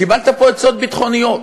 קיבלת פה עצות ביטחוניות